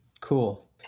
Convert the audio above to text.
Cool